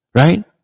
right